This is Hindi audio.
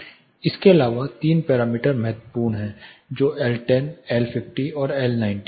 इसके अलावा तीन पैरामीटर महत्वपूर्ण हैं जो एल 10 एल 50 और एल 90 हैं